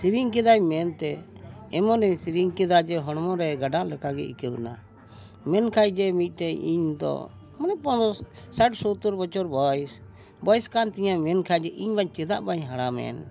ᱥᱮᱨᱮᱧ ᱠᱮᱫᱟᱭ ᱢᱮᱱᱛᱮ ᱮᱢᱚᱱᱮ ᱥᱮᱨᱮᱧ ᱠᱮᱫᱟ ᱡᱮ ᱦᱚᱲᱢᱚ ᱨᱮ ᱜᱟᱰᱟ ᱞᱮᱠᱟ ᱜᱮ ᱟᱹᱭᱠᱟᱹᱣ ᱮᱱᱟ ᱢᱮᱱᱠᱷᱟᱱ ᱡᱮ ᱢᱤᱫᱴᱮᱱ ᱤᱧ ᱫᱚ ᱢᱟᱱᱮ ᱯᱚᱱᱨᱚᱥ ᱥᱟᱴ ᱥᱚᱛᱛᱳᱨ ᱵᱚᱪᱷᱚᱨ ᱵᱚᱭᱮᱥ ᱵᱚᱭᱮᱥ ᱠᱟᱱ ᱛᱤᱧᱟᱹ ᱢᱮᱱᱠᱷᱟᱱ ᱤᱧ ᱵᱟᱹᱧ ᱪᱮᱫᱟᱜ ᱵᱟᱹᱧ ᱦᱟᱲᱟᱢᱮᱱ